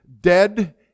Dead